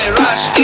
rush